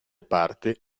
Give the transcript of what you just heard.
parte